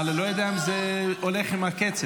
אבל אני לא יודע אם זה הולך עם הקצב.